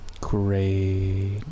Great